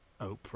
Oprah